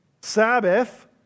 Sabbath